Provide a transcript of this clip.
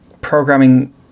programming